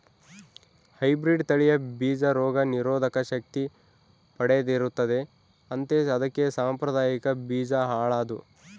hybrid ತಳಿಯ ಬೀಜ ರೋಗ ನಿರೋಧಕ ಶಕ್ತಿ ಪಡೆದಿರುತ್ತದೆ ಅಂತೆ ಅದಕ್ಕೆ ಸಾಂಪ್ರದಾಯಿಕ ಬೀಜ ಹಾಳಾದ್ವು